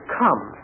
come